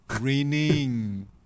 raining